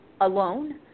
alone